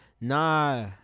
Nah